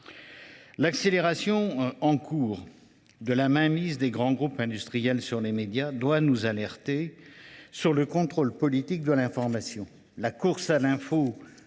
L’accélération en cours de la mainmise des grands groupes industriels sur les médias doit nous alerter sur le contrôle politique de l’information.